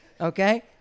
okay